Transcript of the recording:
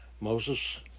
Moses